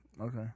Okay